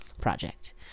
project